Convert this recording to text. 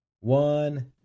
one